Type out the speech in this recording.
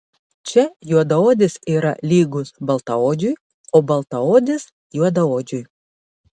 čia juodaodis yra lygus baltaodžiui o baltaodis juodaodžiui